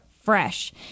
fresh